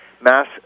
mass